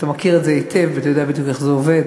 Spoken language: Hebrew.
אתה מכיר את זה היטב ואתה יודע בדיוק איך זה עובד.